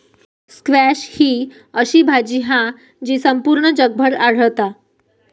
squash ही अशी भाजी हा जी संपूर्ण जगभर आढळता